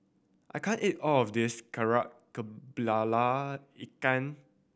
I can't eat all of this Kari Kepala Ikan